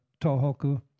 Tohoku